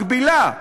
מקבילה,